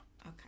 Okay